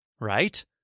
right